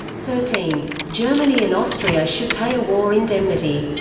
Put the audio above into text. thirteen germany and austria should pay a war indemnity.